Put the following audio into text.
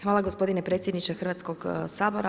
Hvala gospodine predsjedniče Hrvatskog sabora.